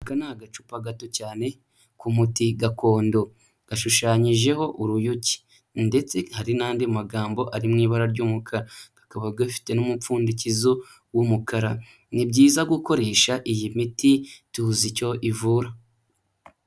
Aka ni agacupa gato cyane k'umuti gakondo, gashushanyijeho uruyuki ndetse hari n'andi magambo ari mu ibara ry'umukara, kakaba gafite n'umupfundikizo w'umukara, ni byiza gukoresha iyi miti tuzi icyo ivura.